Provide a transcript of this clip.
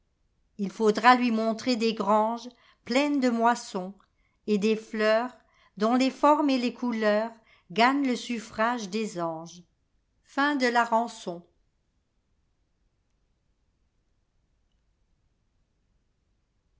il faudra lui montrer des grangespleines de moissons et des leursdont les formes et les couleursgagnent le suffrage des anges